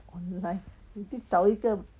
online 你去找一个